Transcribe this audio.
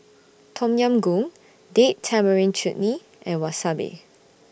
Tom Yam Goong Date Tamarind Chutney and Wasabi